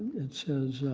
it says,